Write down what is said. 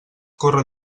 corre